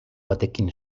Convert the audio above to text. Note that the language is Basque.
batekin